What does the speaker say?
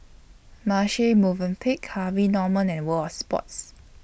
Marche Movenpick Harvey Norman and World of Sports